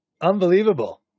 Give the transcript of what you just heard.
unbelievable